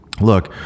Look